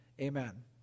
Amen